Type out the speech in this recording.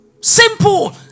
Simple